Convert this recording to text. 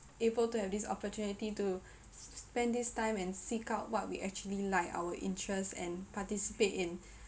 able to have this opportunity to spend this time and seek out what we actually like our interests and participate in